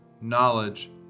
knowledge